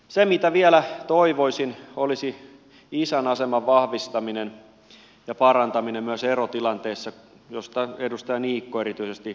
se mitä vielä toivoisin olisi isän aseman vahvistaminen ja parantaminen myös erotilanteissa mistä edustaja niikko erityisesti äsken puhui